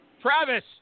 Travis